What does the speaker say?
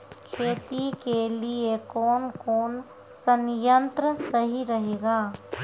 खेती के लिए कौन कौन संयंत्र सही रहेगा?